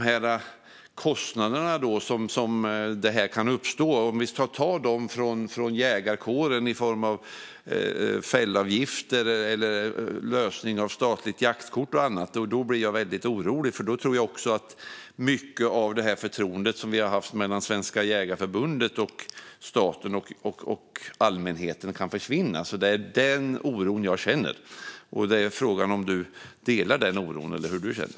Om kostnaderna som kan uppstå ska tas från jägarkåren i form av fällavgifter, lösning av statligt jaktkort eller annat blir jag orolig. I så fall tror jag att mycket av det förtroende som finns mellan Svenska Jägareförbundet, staten och allmänheten kan försvinna. Det är den oron jag känner. Frågan är om John Widegren delar den oron eller hur han känner.